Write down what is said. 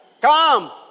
Come